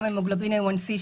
גם המוגלובין מסוכרר A1c,